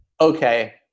okay